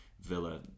Villa